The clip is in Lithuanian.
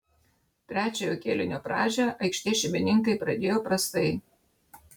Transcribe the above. trečiojo kėlinio pradžią aikštės šeimininkai pradėjo prastai